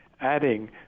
adding